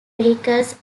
vehicles